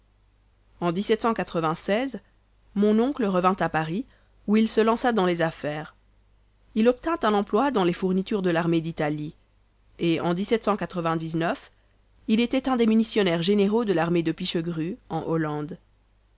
en mon oncle revint à paris où il se lança dans les affaires il obtint un emploi dans les fournitures de l'armée d'italie et en il était un des munitionnaires généraux de l'année de pichegru en hollande